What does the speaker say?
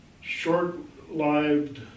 short-lived